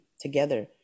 together